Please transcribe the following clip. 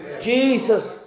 Jesus